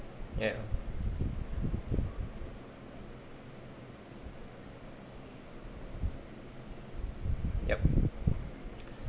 ya yup